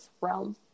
realm